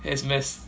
as mess